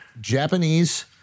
Japanese